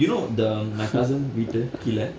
you know the my cousin விட்டு கீழே:viittu kilae